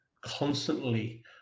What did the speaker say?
constantly